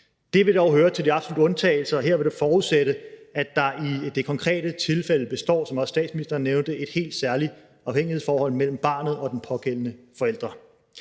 Det vil dog høre til de absolutte undtagelser, og det vil forudsætte, at der, som også statsministeren nævnte, i det konkrete tilfælde består et helt særligt afhængighedsforhold mellem barnet og den pågældende forælder.